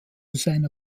seiner